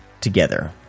together